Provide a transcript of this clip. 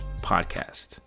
Podcast